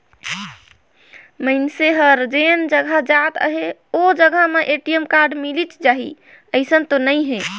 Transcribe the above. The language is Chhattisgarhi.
मइनसे हर जेन जघा जात अहे ओ जघा में ए.टी.एम मिलिच जाही अइसन तो नइ हे